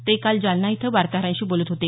ते काल जालना इथं वार्ताहरांशी बोलत होते